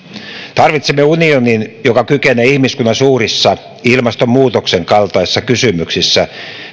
tarvitsemme unionin joka kykenee ihmiskunnan ilmastonmuutoksen kaltaisissa suurissa kysymyksissä